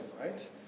right